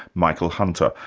michael hunter.